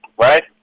right